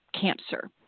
cancer